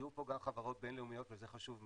יהיו פה גם חברות בינלאומיות, וזה חשוב מאוד.